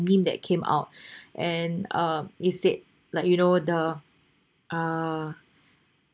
meme that came out and uh it said like you know the uh